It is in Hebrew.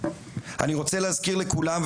אני רוצה להזכיר לכולם,